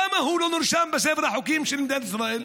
למה הוא לא נרשם בספר החוקים של מדינת ישראל?